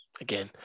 again